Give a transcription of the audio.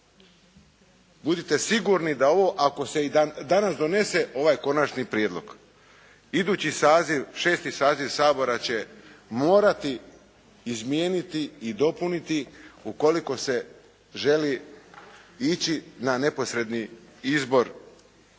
Budite sigurni da ovo, ako se i danas donese ovaj Konačni prijedlog idući saziv, 6. saziv Sabora će morati izmijeniti i dopuniti ukoliko se želi ići na neposredni izbor